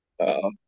-oh